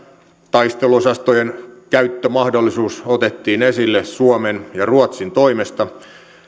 taisteluosastojen käyttömahdollisuus otettiin esille suomen ja ruotsin toimesta